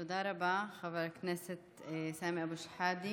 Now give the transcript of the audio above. תודה רבה, חבר הכנסת סמי אבו שחאדה.